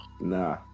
Nah